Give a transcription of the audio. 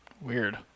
Weird